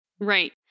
Right